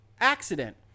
accident